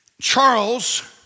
Charles